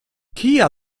kia